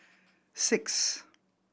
six